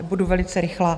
Budu velice rychlá.